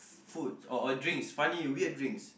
food or or drinks funny weird drinks